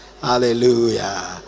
hallelujah